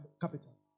capital